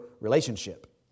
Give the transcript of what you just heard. relationship